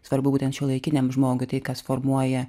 svarbu būtent šiuolaikiniam žmogui tai kas formuoja